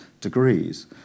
degrees